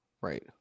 right